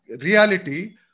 reality